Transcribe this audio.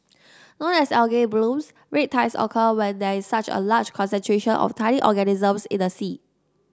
known as algae blooms red tides occur when there is such a large concentration of tiny organisms in the sea